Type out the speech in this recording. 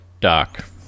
Doc